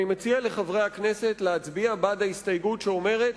אני מציע לחברי הכנסת להצביע בעד ההסתייגות שאומרת,